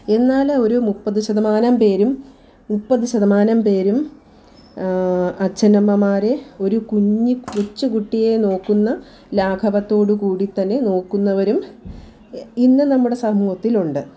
എന്നാലും ഒരു മുപ്പത് ശതമാനം പേരും മുപ്പത് ശതമാനം പേരും അച്ഛനമ്മമാരെ ഒരു കുഞ്ഞു കൊച്ച് കുട്ടിയെ നോക്കുന്ന ലാഘവത്തോട് കൂടി തന്നെ നോക്കുന്നവരും ഇന്ന് നമ്മുടെ സമൂഹത്തിലുണ്ട്